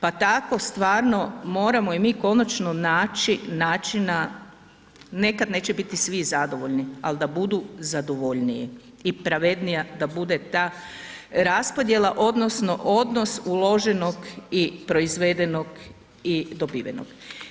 Pa tako stvarno moramo i mi konačno naći načina, nekada neće biti svi zadovoljni ali da budu zadovoljniji i pravednija da bude ta raspodjela odnosno odnos uloženog i proizvedenog i dobivenog.